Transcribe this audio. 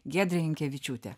giedrė jankevičiūtė